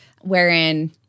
wherein